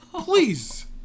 Please